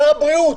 שר הבריאות.